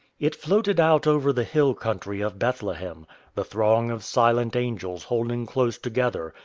it floated out over the hill country of bethlehem the throng of silent angels holding close together,